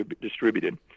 distributed